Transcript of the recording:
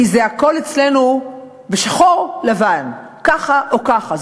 כי הכול אצלנו בשחור-לבן, ככה או ככה.